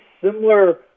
similar